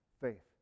faith